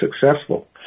successful